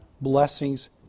blessings